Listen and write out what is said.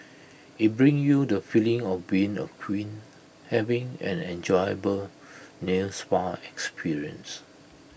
IT brings you the feeling of being A queen having an enjoyable nail spa experience